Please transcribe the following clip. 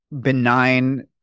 benign